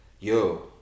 Yo